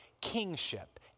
kingship